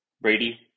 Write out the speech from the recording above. Brady